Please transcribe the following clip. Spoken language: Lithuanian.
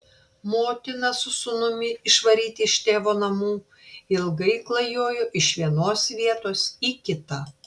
motina su sūnumi išvaryti iš tėvo namų ilgai klajojo iš vienos vietos į kitą